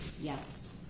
yes